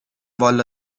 والا